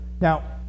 Now